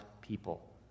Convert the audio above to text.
people